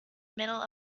middle